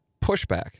Pushback